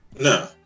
No